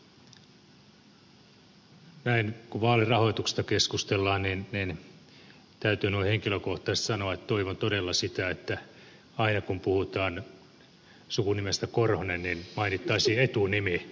näin kun vaalirahoituksesta keskustellaan niin täytyy henkilökohtaisesti sanoa että toivon todella sitä että aina kun puhutaan sukunimestä korhonen mainittaisiin etunimi